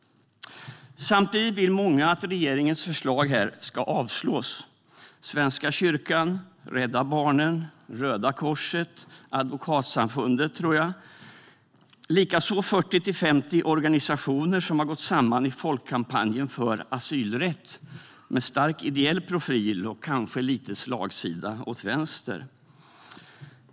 Många vill att regeringens förslag ska avslås: Svenska kyrkan, Rädda Barnen, Röda Korset och Advokatsamfundet - likaså 40-50 organisationer som har gått samman i Folkkampanj för Asylrätt med stark ideell profil och kanske lite slagsida åt vänster.